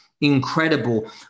incredible